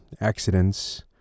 accidents